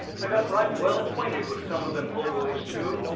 i got right well acquainted with some of them hobos, too.